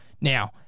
now